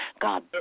God